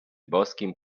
boskim